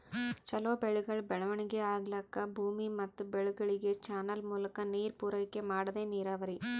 ಛಲೋ ಬೆಳೆಗಳ್ ಬೆಳವಣಿಗಿ ಆಗ್ಲಕ್ಕ ಭೂಮಿ ಮತ್ ಬೆಳೆಗಳಿಗ್ ಚಾನಲ್ ಮೂಲಕಾ ನೀರ್ ಪೂರೈಕೆ ಮಾಡದೇ ನೀರಾವರಿ